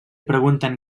pregunten